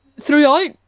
throughout